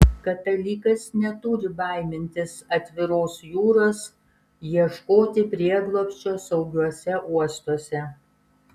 katalikas neturi baimintis atviros jūros ieškoti prieglobsčio saugiuose uostuose